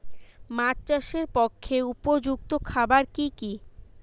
মাছ চাষের পক্ষে উপযুক্ত খাবার কি কি?